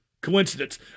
coincidence